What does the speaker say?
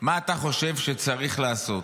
מה אתה חושב שצריך לעשות: